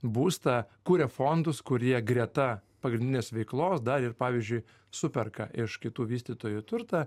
būstą kuria fondus kurie greta pagrindinės veiklos dar ir pavyzdžiui superka iš kitų vystytojų turtą